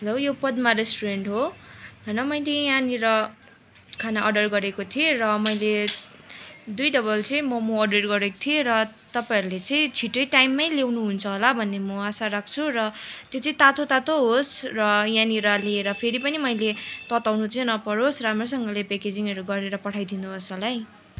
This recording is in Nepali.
हेलो यो पद्मा रेस्टुरेन्ट हो होइन मैले यहाँनिर खाना अर्डर गरेको थिएँ र मैले दुई डबल चाहिँ मोमो अर्डर गरेको थिएँ र तपाईँहरँले चाहिँ छिटै टाइममै ल्याउनु हुन्छ होला भन्ने म आशा राख्छु र त्यो चाहिँ तातो तातो होस् र यहाँनिर ल्याएर फेरि पनि मैले तताउनु चाहिँ नपरोस् राम्रोसँगले प्याकेजिङहरू गरेर पठाइदिनु होस् होला है